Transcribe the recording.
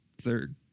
third